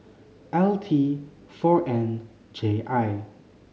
L T four N J I